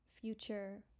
future